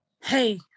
hey